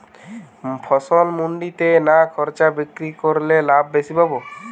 ফসল মন্ডিতে না খুচরা বিক্রি করলে লাভ বেশি পাব?